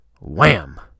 wham